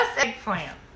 eggplant